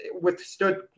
withstood